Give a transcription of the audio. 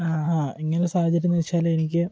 ആ ആ ഇങ്ങനെ സാഹചര്യം എന്നു വച്ചാൽ എനിക്ക്